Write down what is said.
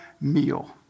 meal